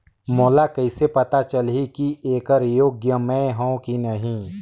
मोला कइसे पता चलही की येकर योग्य मैं हों की नहीं?